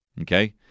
okay